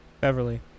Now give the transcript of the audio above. Beverly